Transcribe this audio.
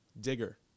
digger